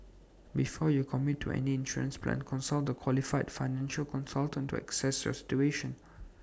before you commit to any insurance plan consult A qualified financial consultant to assess your situation